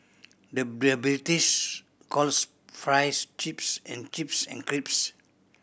the British calls fries chips and chips an